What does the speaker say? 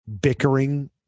bickering